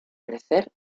crecer